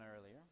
earlier